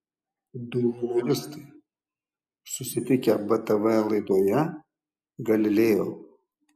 du humoristai susitikę btv laidoje galileo